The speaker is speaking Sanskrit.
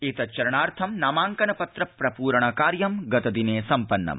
एतच्चरणाथं नामाङ्कन पत्र प्रप्रण कार्यं गतदिना संपन्नम्